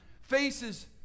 faces